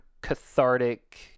cathartic